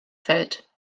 fällt